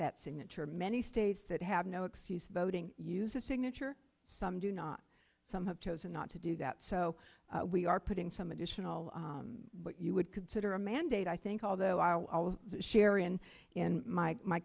that signature many states that have no excuse voting use a signature some do not some have chosen not to do that so we are putting some additional what you would consider a mandate i think although i will share in my my